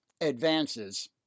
advances